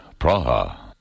Praha